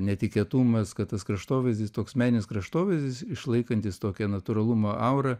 netikėtumas kad tas kraštovaizdis toks meninis kraštovaizdis išlaikantis tokią natūralumo aurą